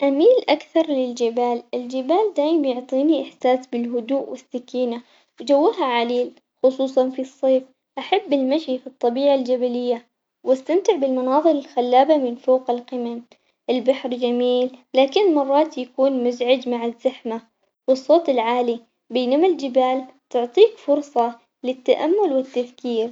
أميل أكثر للجبال الجبال دايم يعطيني إحساس بالهدوء والسكينة وجوها عليل خصوصاً في الصيف، أحب المشي في الطبيعة الجبلية وأستمتع بالمناظر الخلابة من فوق القمم، البحر جميل لكن مرات يكون مزعج مع الزحمة والصوت العالي بينما الجبال تعطيك فرصة للتأمل والتفكير.